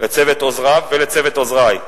לצוות עוזריו ולצוות עוזרי,